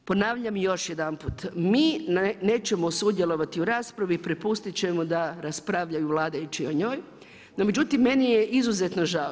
Ponavljam još jedanput, mi neće sudjelovati u raspravi, prepustit ćemo da raspravljaju vladajući o njoj, no međutim meni je izuzetno žao.